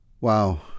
Wow